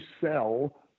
sell